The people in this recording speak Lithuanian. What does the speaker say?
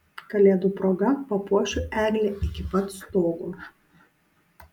kalėdų proga papuošiu eglę iki pat stogo